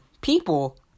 people